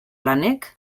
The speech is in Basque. lanek